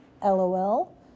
LOL